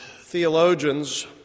theologians